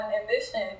ambition